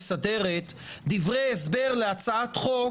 כי ההסכם הזה נחתם בכזב,